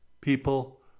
people